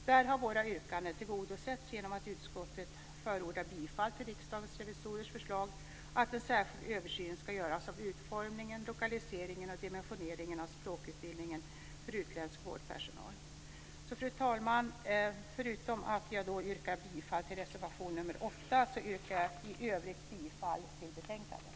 Där har våra yrkanden tillgodosetts genom att utskottet förordar bifall till Riksdagens revisorers förslag att en särskild översyn ska göras av utformningen, lokaliseringen och dimensioneringen av språkutbildningen för utländsk vårdpersonal. Fru talman! Jag yrkar i övrigt bifall till utskottets förslag i betänkandet.